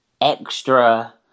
extra